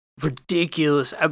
ridiculous